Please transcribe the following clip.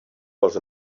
was